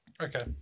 Okay